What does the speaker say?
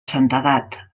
santedat